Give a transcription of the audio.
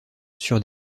sur